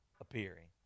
appearing